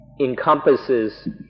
encompasses